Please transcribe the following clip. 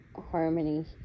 harmony